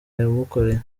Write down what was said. yamukoreye